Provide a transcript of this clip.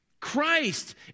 Christ